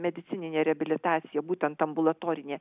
medicininė reabilitacija būtent ambulatorinė